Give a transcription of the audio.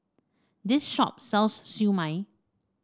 this shop sells Siew Mai